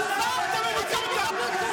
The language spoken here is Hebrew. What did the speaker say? למה אתה לא מוציא אותם?